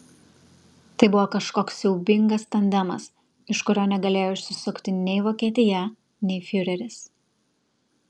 tai buvo kažkoks siaubingas tandemas iš kurio negalėjo išsisukti nei vokietija nei fiureris